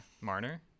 Marner